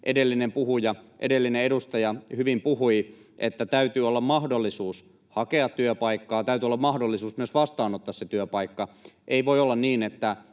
edellinen edustaja hyvin puhui, että täytyy olla mahdollisuus hakea työpaikkaa ja täytyy olla mahdollisuus myös vastaanottaa se työpaikka. Ei voi olla niin,